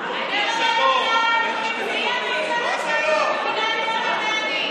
אם את מדברת ככה,